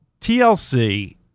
TLC